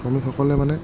শ্ৰমিকসকলে মানে